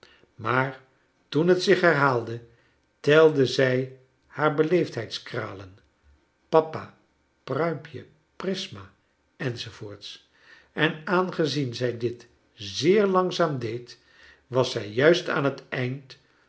maar toen het zich herhaalde telde zij haar beleefdheidskralen papa pruimpje prisma enz en aangezien zij dit zeer langzaam deed was zij juist aan het eind